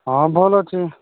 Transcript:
ହଁ ଭଲ ଅଛି